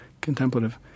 contemplative